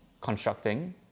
constructing